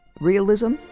Realism